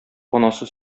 анасы